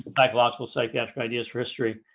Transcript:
psychological psychiatric ideas for history